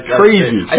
crazy